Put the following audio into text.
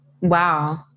Wow